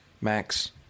Max